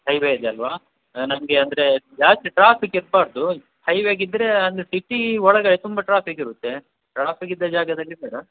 highway ಇದೆ ಅಲ್ವಾ ನಮಗೆ ಅಂದರೆ ಜಾಸ್ತಿ ಟ್ರಾಫಿಕ್ ಇರಬಾರ್ದು ಹೈವೆಗಿದ್ರೇ ಅಂದ್ರೆ ಸಿಟೀ ಒಳಗೆ ತುಂಬ ಟ್ರಾಫಿಕ್ ಇರುತ್ತೆ ಟ್ರಾಫಿಕ್ ಇದ್ದ ಜಾಗದಲ್ಲಿ ಬೇಡ